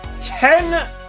ten